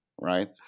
right